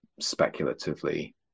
speculatively